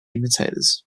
imitators